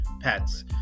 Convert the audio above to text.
pets